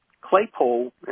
Claypole